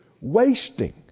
Wasting